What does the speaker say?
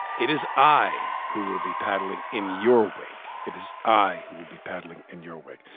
it is i who will be paddling in your wake. it is i who will be paddling in your wake.